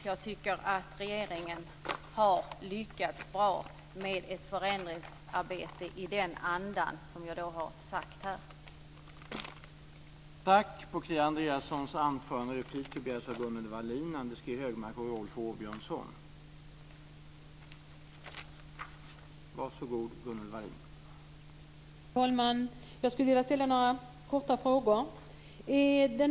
Jag tycker att regeringen har lyckats bra med ett förändringsarbete i den anda som jag har givit uttryck för här.